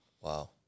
Wow